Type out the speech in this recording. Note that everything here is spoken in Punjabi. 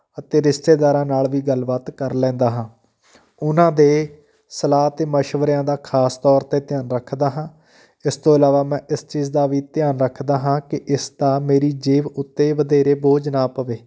ਅਤੇ ਰਿਸ਼ਤੇਦਾਰਾਂ ਨਾਲ ਵੀ ਗੱਲਬਾਤ ਕਰ ਲੈਂਦਾ ਹਾਂ ਉਹਨਾਂ ਦੇ ਸਲਾਹ ਅਤੇ ਮਸ਼ਵਰਿਆਂ ਦਾ ਖ਼ਾਸ ਤੌਰ 'ਤੇ ਧਿਆਨ ਰੱਖਦਾ ਹਾਂ ਇਸ ਤੋਂ ਇਲਾਵਾ ਮੈਂ ਇਸ ਚੀਜ਼ ਦਾ ਵੀ ਧਿਆਨ ਰੱਖਦਾ ਹਾਂ ਕਿ ਇਸ ਦਾ ਮੇਰੀ ਜੇਬ ਉੱਤੇ ਵਧੇਰੇ ਬੋਝ ਨਾ ਪਵੇ